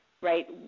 right